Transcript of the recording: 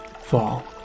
fall